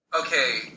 okay